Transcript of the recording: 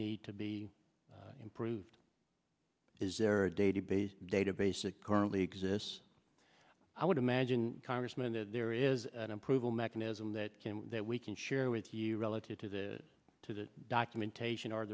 need to be improved is there a database database that currently exists i would imagine congressman that there is an approval mechanism that that we can share with you relative to the to the documentation or